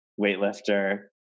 weightlifter